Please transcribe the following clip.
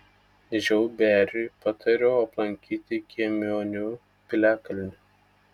žiauberiui patariau aplankyti kiemionių piliakalnį